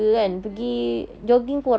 mm mm